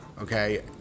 okay